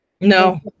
No